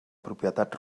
propietat